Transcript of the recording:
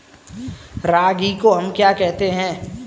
रागी को हम क्या कहते हैं?